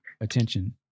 attention